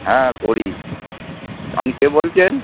হ্যাঁ করি আপনি কে বলছেন